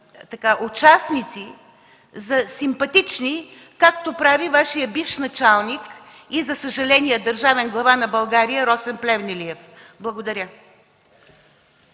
участници за симпатични, както прави Вашият бивш началник, и за съжаление държавен глава на България – Росен Плевнелиев?! Благодаря.